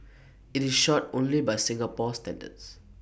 IT is short only by Singapore standards